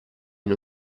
non